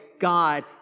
God